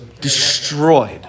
Destroyed